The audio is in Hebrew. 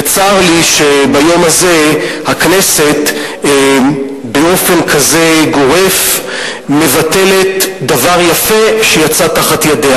וצר לי שביום הזה הכנסת באופן כזה גורף מבטלת דבר יפה שיצא מתחת ידיה,